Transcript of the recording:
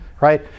right